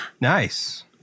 Nice